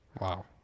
Wow